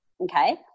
okay